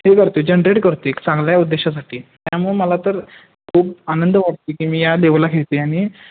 हे करते जनरेट करते चांगल्या उद्देशासाठी त्यामुळं मला तर खूप आनंद वाटते की मी या लेवलला खेळतं आहे आणि